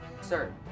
Sir